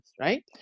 right